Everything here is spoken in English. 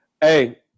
Hey